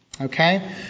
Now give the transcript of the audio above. Okay